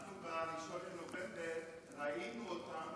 אנחנו ב-1 בנובמבר ראינו אותם,